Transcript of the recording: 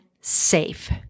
safe